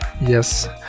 Yes